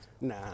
Nah